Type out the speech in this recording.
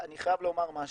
אני חייב לומר משהו.